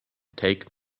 take